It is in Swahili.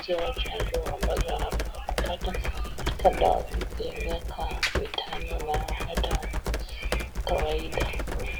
zile chanjo ambazo wanafaa kupata kabla wafike miaka mitano na hata kawaida.